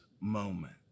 moment